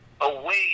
away